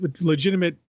legitimate